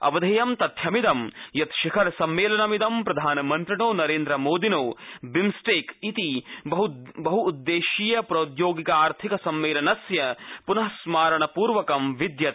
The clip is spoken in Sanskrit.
अवधेयं तथ्यमिदं यत् शिखर सम्मेलनमिदं प्रधानमन्त्रिणो नरेन्द्रमोदिनो बिम्सटेक इत्याख्ये बह उददेश्यीय प्रौदयोगिकार्थिक सम्मेलनस्य प्नःस्मारणपुर्वकं विदयते